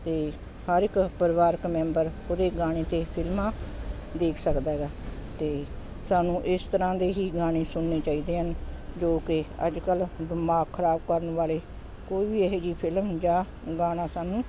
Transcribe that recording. ਅਤੇ ਹਰ ਇੱਕ ਪਰਿਵਾਰਕ ਮੈਂਬਰ ਉਹਦੇ ਗਾਣੇ ਅਤੇ ਫਿਲਮਾਂ ਦੇਖ ਸਕਦਾ ਹੈਗਾ ਅਤੇ ਸਾਨੂੰ ਇਸ ਤਰ੍ਹਾਂ ਦੇ ਹੀ ਗਾਣੇ ਸੁਣਨੇ ਚਾਹੀਦੇ ਹਨ ਜੋ ਕਿ ਅੱਜ ਕੱਲ੍ਹ ਦਿਮਾਗ ਖਰਾਬ ਕਰਨ ਵਾਲੇ ਕੋਈ ਵੀ ਇਹੋ ਜਿਹੀ ਫਿਲਮ ਜਾਂ ਗਾਣਾ ਸਾਨੂੰ